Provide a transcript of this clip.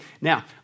now